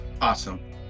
Awesome